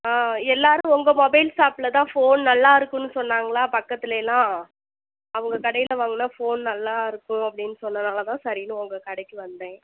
ஆ எல்லாேரும் உங்கள் மொபைல் ஷாப்பில் தான் ஃபோன் நல்லாயிருக்குனு சொன்னாங்களா பக்கத்திலயெல்லாம் அவங்க கடையில் வாங்கினா ஃபோன் நல்லாயிருக்கும் அப்படின்னு சொன்னனால்தான் சரின்னு உங்கள் கடைக்கு வந்தேன்